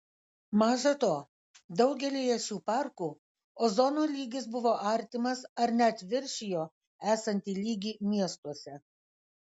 maža to daugelyje šių parkų ozono lygis buvo artimas ar net viršijo esantį lygį miestuose